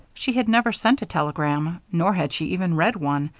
she had never sent a telegram, nor had she even read one.